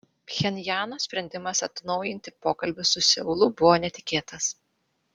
pchenjano sprendimas atnaujinti pokalbius su seulu buvo netikėtas